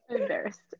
embarrassed